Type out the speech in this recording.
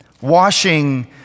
washing